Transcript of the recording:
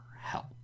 help